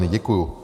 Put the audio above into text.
Děkuju.